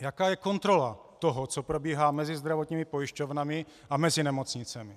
Jaká je kontrola toho, co probíhá mezi zdravotními pojišťovnami a nemocnicemi.